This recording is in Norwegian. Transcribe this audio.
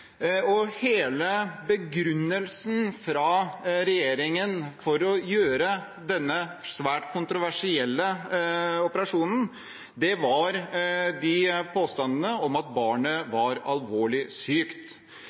IS-medlem. Hele begrunnelsen fra regjeringen for å gjøre denne svært kontroversielle operasjonen var påstandene om at barnet var alvorlig sykt.